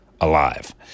alive